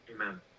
Amen